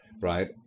Right